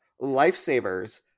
lifesavers